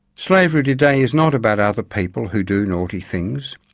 slavery today is not about other people who do naughty things.